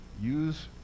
Use